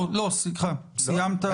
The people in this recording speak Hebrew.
לא, סליחה, סיימת?